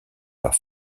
par